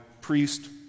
priest